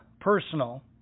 personal